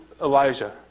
Elijah